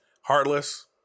Heartless